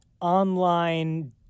online